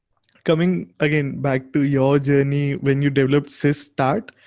coming again, back to your journey, when you developed systat,